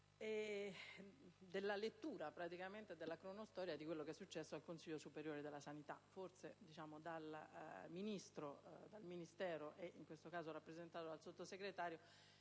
per la lettura della cronistoria di quello che è successo al Consiglio superiore di sanità. Forse dal Ministero, in questo caso rappresentato dal Sottosegretario,